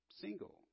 single